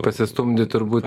pasistumdyti turbūt